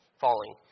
falling